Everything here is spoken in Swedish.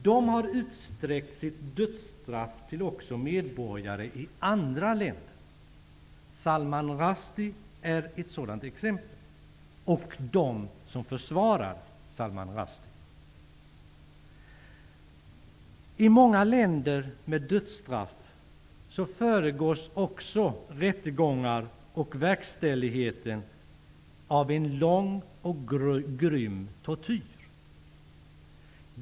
Det har utsträckt sitt dödsstraff till att också omfatta medborgare i andra länder. Salman Rushdie, och de som försvarar Salman Rushdie, är ett sådant exempel. I många länder med dödsstraff föregås rättegångar och verkställigheten av en lång och grym tortyr.